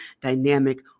dynamic